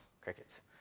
crickets